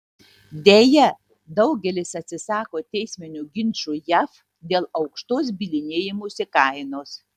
deja daugelis atsisako teisminių ginčų jav dėl aukštos bylinėjimosi kainos